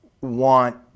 want